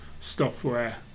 software